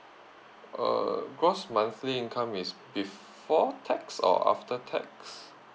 uh gross monthly income is before tax or after tax